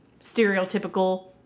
stereotypical